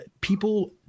people